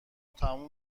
تمام